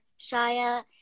Shaya